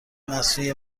مصنوعی